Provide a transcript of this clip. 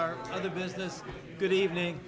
our other business good evening